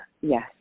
yes